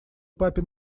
папе